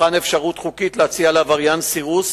אבחן אפשרות חוקית להציע לעבריין סירוס